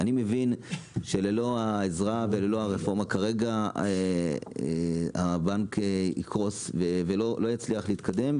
אני מבין שללא העזרה וללא הרפורמה הבנק יקרוס ולא יצליח להתקדם.